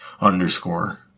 underscore